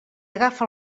agafa